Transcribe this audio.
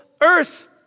earth